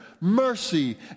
mercy